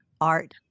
art